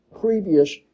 previous